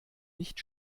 nicht